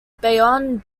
bayonne